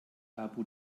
abu